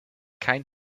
kein